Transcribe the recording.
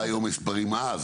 מה היו המספרים אז?